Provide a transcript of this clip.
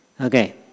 Okay